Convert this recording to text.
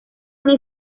una